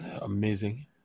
amazing